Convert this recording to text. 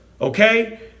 okay